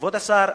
כבוד השר,